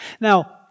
Now